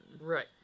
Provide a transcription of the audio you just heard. Right